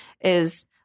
is-